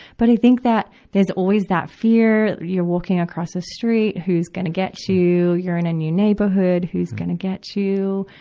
but i think that there's always that fear that you're walking across the street. who's gonna get you? you're in a new neighborhood who's gonna get you?